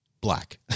black